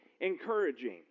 encouraging